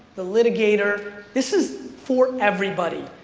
the litigator, this is for everybody.